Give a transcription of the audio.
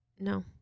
No